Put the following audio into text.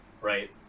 right